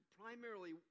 primarily